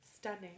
stunning